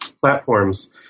platforms